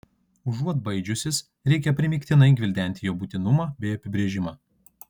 užuot baidžiusis reikia primygtinai gvildenti jo būtinumą bei apibrėžimą